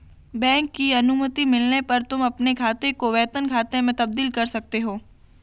bank की अनुमति मिलने पर तुम अपने खाते को वेतन खाते में तब्दील कर सकते हो